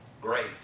great